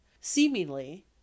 Seemingly